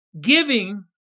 Giving